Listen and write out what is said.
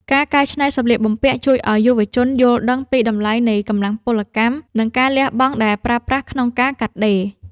ការកែច្នៃសម្លៀកបំពាក់ជួយឱ្យយុវជនយល់ដឹងពីតម្លៃនៃកម្លាំងពលកម្ម និងការលះបង់ដែលប្រើប្រាស់ក្នុងការកាត់ដេរ។